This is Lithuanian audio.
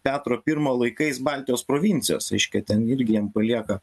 petro pirmojo laikais baltijos provincijos reiškia ten irgi jiem palieka